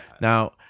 Now